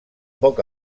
poc